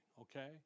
okay